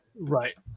Right